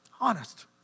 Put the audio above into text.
Honest